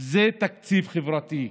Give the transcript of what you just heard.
זה תקציב חברתי,